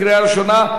לוועדת העבודה,